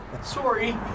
Sorry